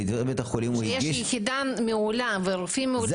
יש יחידה מעולה ורופאים מעולים --- זה